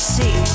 see